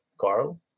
carl